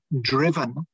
driven